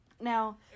Now